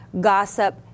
gossip